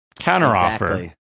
Counteroffer